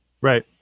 Right